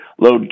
load